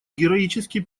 героически